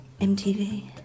MTV